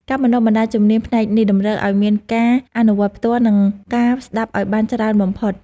ការបណ្ដុះបណ្ដាលជំនាញផ្នែកនេះតម្រូវឱ្យមានការអនុវត្តផ្ទាល់ និង ការស្ដាប់ឱ្យបានច្រើនបំផុត។